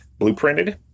blueprinted